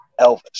Elvis